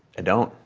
i don't.